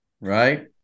right